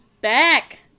back